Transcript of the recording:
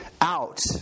out